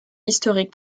historique